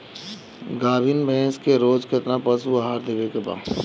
गाभीन भैंस के रोज कितना पशु आहार देवे के बा?